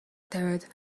тавиад